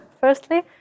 firstly